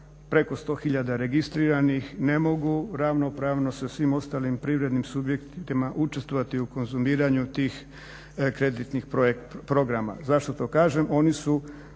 preko 100 hiljada registriranih ne mogu ravnopravno sa svim ostalim privrednim subjektima učestvovati u konzumiranju tih kreditnih programa. Zašto to kažem? Oni su,